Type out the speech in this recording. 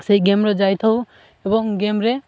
ସେଇ ଗେମ୍ରେ ଯାଇଥାଉ ଏବଂ ଗେମ୍ରେ